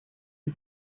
des